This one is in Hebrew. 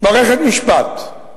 מערכת משפט,